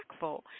impactful